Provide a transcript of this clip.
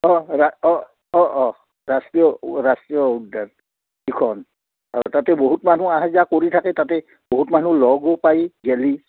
অঁ ৰা অঁ অঁ অঁ ৰাষ্ট্ৰীয় ৰাষ্ট্ৰীয় উদ্যান সেইখন আৰু তাতে বহুত মানুহ আহা যোৱা কৰি থাকে তাতে বহুত মানুহ লগো পায় গেলি